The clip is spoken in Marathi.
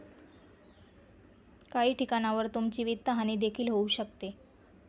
काही ठिकाणांवर तुमची वित्तहानी देखील होऊ शकते